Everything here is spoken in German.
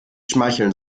schmeicheln